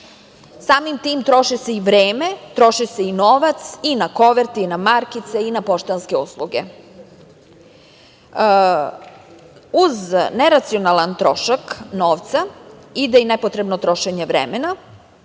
Samim tim troši se i vreme, troši se i novac i na koverte i na markice i na poštanske usluge. Uz neracionalan trošak novca ide i nepotrebno trošenje vremena